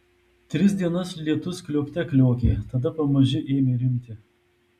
tris dienas lietus kliokte kliokė tada pamaži ėmė rimti